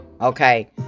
okay